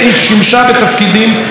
שבהם הייתה לה סוג של השפעה,